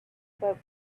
about